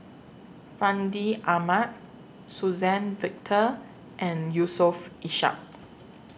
Fandi Ahmad Suzann Victor and Yusof Ishak